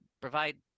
Provide